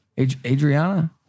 Adriana